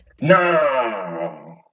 No